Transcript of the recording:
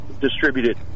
distributed